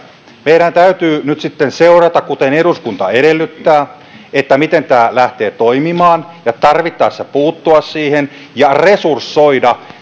meidän myös täytyy nyt seurata kuten eduskunta edellyttää miten tämä lähtee toimimaan ja tarvittaessa puuttua siihen ja resursoida